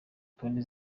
toni